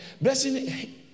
Blessing